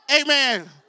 Amen